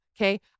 Okay